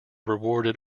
rewarded